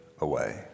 away